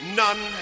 none